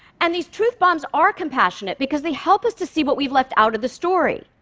and these truth bombs are compassionate, because they help us to see what we've left out of the story.